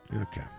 Okay